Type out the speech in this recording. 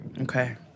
Okay